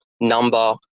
number